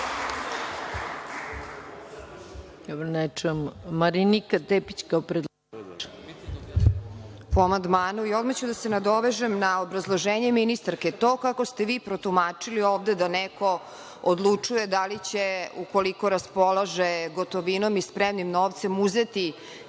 predlagač. **Marinika Tepić** Po amandmanu. Odmah ću da se nadovežem na obrazloženje ministarke. To kako ste vi protumačili ovde da neko odlučuje da li će ukoliko raspolaže gotovinom i spremnim novcem uzeti